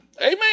Amen